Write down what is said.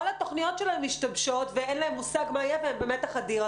התוכניות שלהם משתבשות ואין להם מושג מה יהיה והם במתח אדיר.